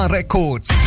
Records